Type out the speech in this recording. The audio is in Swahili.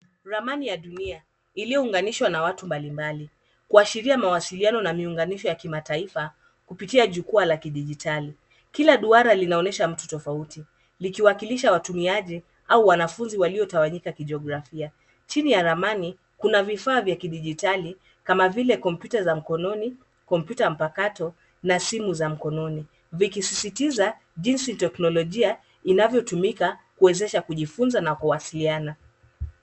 Ramani ya dunia iliyounganishwa na watu mbalimbali kuashiria mawasiliano na miunganisho ya kimataifa kupitia jukwaa la kidijitali. Kila duara linaonyesha mtu tofauti likiwakilisha watumiaji au wanafunzi waliotawanyika kijiografia. Chini ya ramani, kuna vifaa vya kidijitali kama vile kompyuta za mkononi, kompyuta mpakato na simu za mkononi vikisisitiza jinsi teknolojia inavyotumika kuwezesha kujifunza na kuwasiliana.